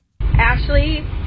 Ashley